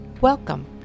Welcome